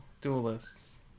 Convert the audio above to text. duelists